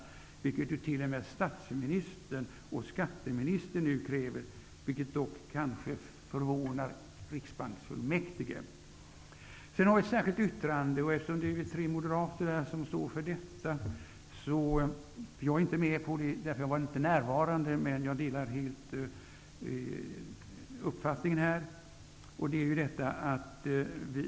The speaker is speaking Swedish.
Det är något som t.o.m. statsministern och skatteministern kräver, vilket dock förvånar Riksbanksfullmäktige. Vidare finns det ett särskilt yttrande, och det är tre moderater som står för detta. Mitt namn är inte med på grund av att jag inte var närvarande vid justeringen. Men jag delar helt den uppfattning som framkommer här.